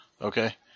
Okay